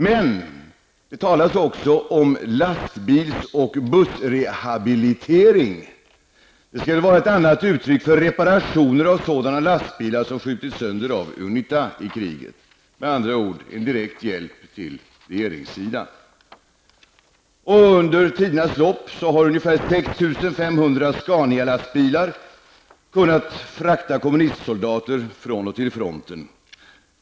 Men det talas också om lastbils och bussrehabilitering. Det skulle vara ett annat uttryck för reparation av sådana lastbilar som skjutits sönder av Unita i kriget, med andra ord direkt hjälp till regeringssidan. Under tidernas lopp har ungefär 6 500 Skanialastbilar kunnat frakta kommunistsoldater från och till fronten